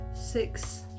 six